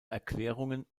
erklärungen